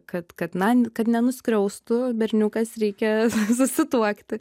kad kad na kad nenuskriaustų berniukas reikia susituokti